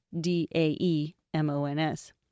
D-A-E-M-O-N-S